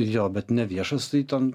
jo bet ne viešas tai ten